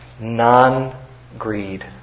non-greed